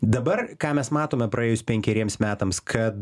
dabar ką mes matome praėjus penkeriems metams kad